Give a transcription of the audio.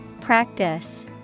Practice